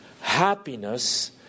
Happiness